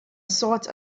sort